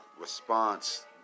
response